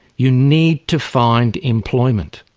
you need to find employment.